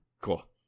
Cool